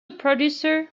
producer